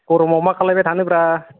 गरमाव मा खालायबाय थानो ब्रा